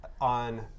on